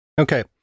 Okay